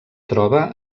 troba